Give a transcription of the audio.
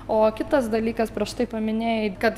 o kitas dalykas prieš tai paminėjai kad